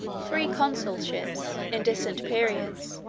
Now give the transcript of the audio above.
three consulships, in distant periods,